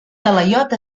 talaiot